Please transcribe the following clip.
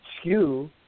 skew